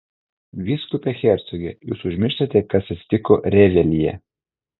vyskupe hercoge jūs užmirštate kas atsitiko revelyje